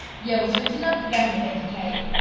yeah, we switching up the game to educate